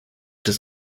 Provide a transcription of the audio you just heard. does